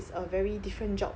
it's a very different job